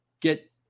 get